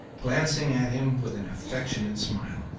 glancing at him with an affectionate smile